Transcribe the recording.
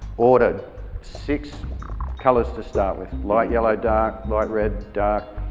order six colors to start with light yellow dark, light red, dark,